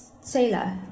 sailor